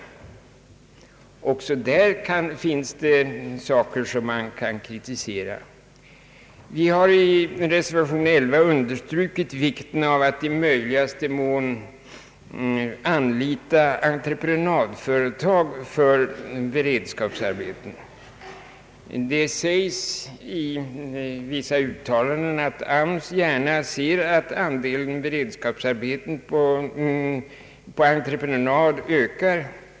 Också där finns det saker som man kan kritisera. Vi har i reservation 11 understrukit vikten av att i möjligaste mån anlita entreprenadföretag för beredskapsarbeten. Det sägs i vissa uttalanden att AMS gärna ser att andelen beredskapsarbeten på entreprenad ökar.